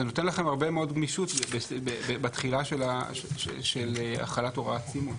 זה נותן לכם הרבה מאוד גמישות בתחילה של החלת הוראת סימון.